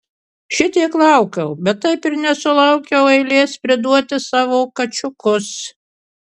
šitiek laukiau bet taip ir nesulaukiau eilės priduoti savo kačiukus